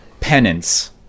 Penance